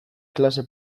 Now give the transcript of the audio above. klase